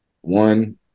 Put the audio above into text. one